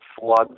flood